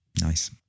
nice